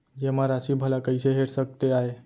जेमा राशि भला कइसे हेर सकते आय?